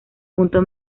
punto